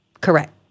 Correct